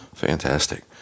Fantastic